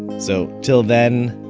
so till then,